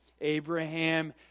Abraham